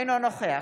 אינו נוכח